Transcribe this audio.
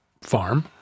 farm